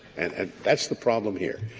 and and that's the problem here.